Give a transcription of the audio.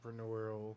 entrepreneurial